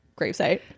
gravesite